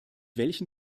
welchen